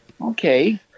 okay